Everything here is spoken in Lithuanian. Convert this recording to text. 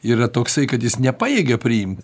yra toksai kad jis nepajėgia priimt